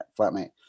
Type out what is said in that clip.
flatmate